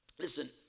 Listen